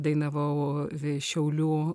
dainavau šiaulių